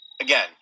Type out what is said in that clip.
Again